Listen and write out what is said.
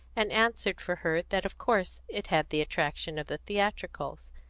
and answered for her that of course it had the attraction of the theatricals,